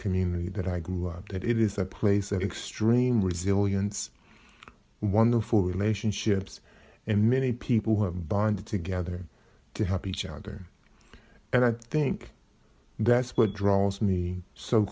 community that i grew up that it is a place of extreme resilience wonderful relationships and many people who have bonded together to help each other and i think that's what draws me so